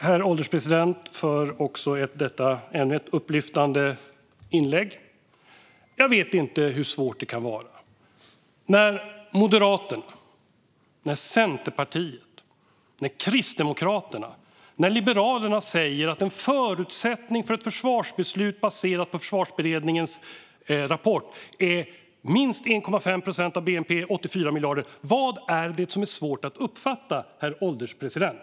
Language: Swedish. Herr ålderspresident! Jag tackar för ännu ett upplyftande inlägg från Roger Richtoff. Jag vet inte hur svårt det kan vara när Moderaterna, Centerpartiet, Kristdemokraterna och Liberalerna säger att en förutsättning för ett försvarsbeslut baserat på Försvarsberedningens rapport är minst 1,5 procent av bnp eller 84 miljarder. Vad är det då som är svårt att uppfatta, herr ålderspresident?